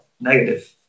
negative